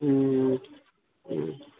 ہوں